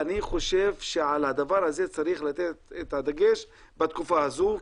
אני חושב שעל הדבר הזה לתת את הדגש בתקופה הזו.